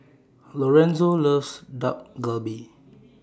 Lorenzo loves Dak Galbi